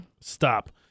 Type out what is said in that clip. Stop